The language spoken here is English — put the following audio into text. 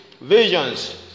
visions